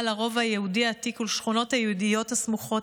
לרובע היהודי העתיק ולשכונות היהודיות הסמוכות.